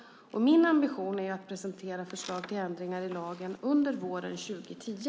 Min ambition är att presentera förslag till ändringar i lagen under våren 2010.